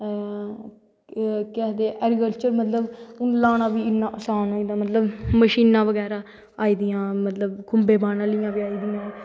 एह् केह् आखदे ऐग्रीकल्चर मतलव लाना बी इन्ना आसान होई दा मतलव मशानां बगैरा आई दियां मतलव खुंबे बाह्नें आह्लियां बी आई दियां